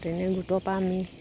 তেনে গোটৰপৰা আমি